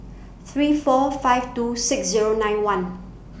three four five two six Zero nine one